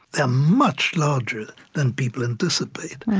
ah much larger than people anticipate,